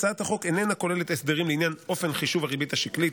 הצעת החוק איננה כוללת הסדרים לעניין אופן חישוב הריבית השקלית,